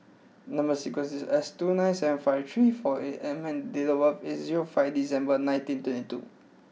number sequence is S two nine seven five three four eight M and date of birth is zero five December nineteen twenty two